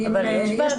אני אומר לך שאת